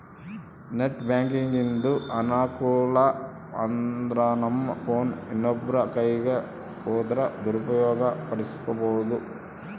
net ಬ್ಯಾಂಕಿಂಗಿಂದು ಅನಾನುಕೂಲ ಅಂದ್ರನಮ್ ಫೋನ್ ಇನ್ನೊಬ್ರ ಕೈಯಿಗ್ ಹೋದ್ರ ದುರುಪಯೋಗ ಪಡಿಸೆಂಬೋದು